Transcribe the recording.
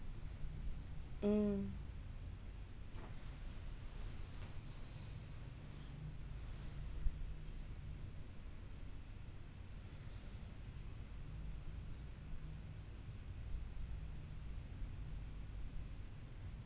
mm